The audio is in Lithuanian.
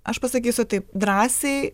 aš pasakysiu taip drąsiai